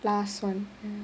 last one